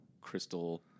crystal